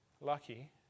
lucky